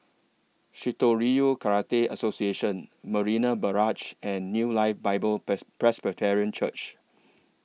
Shitoryu Karate Association Marina Barrage and New Life Bible Pres Presbyterian Church